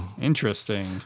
interesting